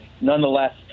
nonetheless